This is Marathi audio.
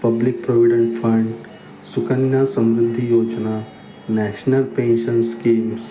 public provident fund Sukanya Samriddhi Yojana national pension schemes